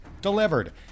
delivered